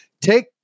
Take